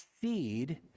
seed